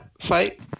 fight